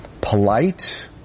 Polite